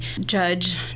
judge